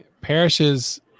parishes